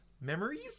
Memories